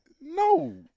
No